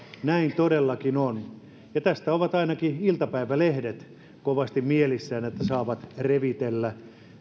näin todellakin on tästä ovat ainakin iltapäivälehdet kovasti mielissään että saavat revitellä